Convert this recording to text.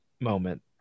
moment